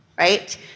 right